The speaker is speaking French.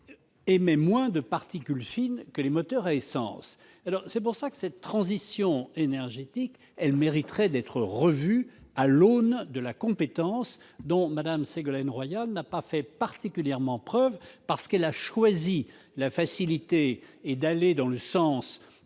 émet moins de particules fines que les moteurs à essence. La transition énergétique mériterait donc d'être revue à l'aune de la compétence dont Mme Ségolène Royal n'a pas fait particulièrement preuve, puisqu'elle a choisi la facilité en allant dans le sens